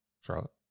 Charlotte